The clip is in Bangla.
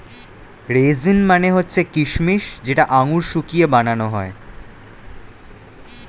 রেজিন মানে হচ্ছে কিচমিচ যেটা আঙুর শুকিয়ে বানানো হয়